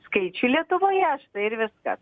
skaičių lietuvoje štai ir viskas